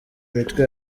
mitwe